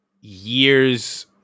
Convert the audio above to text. Years